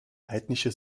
heidnische